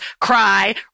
cry